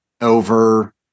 over